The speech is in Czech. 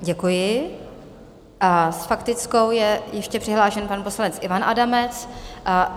Děkuji a s faktickou je ještě přihlášen pan poslanec Ivan Adamec.